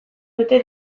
dute